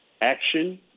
action